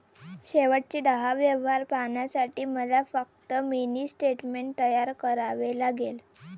शेवटचे दहा व्यवहार पाहण्यासाठी मला फक्त मिनी स्टेटमेंट तयार करावे लागेल